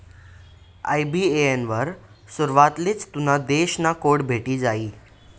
IBAN वर सुरवातलेच तुना देश ना कोड भेटी जायी